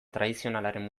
tradizionalaren